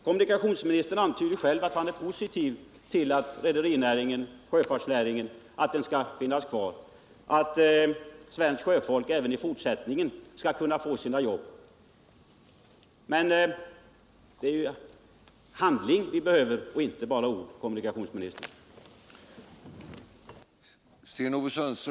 Kommunikationsministern antyder att han själv är positiv till att sjöfartsnäringen skall finnas kvar, att svenskt sjöfolk även i fortsättningen skall kunna få jobb. Men det är handling vi behöver —- inte bara ord, herr kommunikationsminister.